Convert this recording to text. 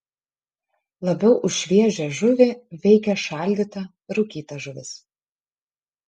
labiau už šviežią žuvį veikia šaldyta rūkyta žuvis